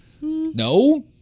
No